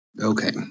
Okay